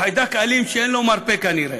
חיידק אלים שאין לו מרפא כנראה.